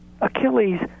Achilles